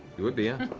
you would be,